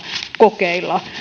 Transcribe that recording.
kokeilla